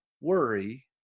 worry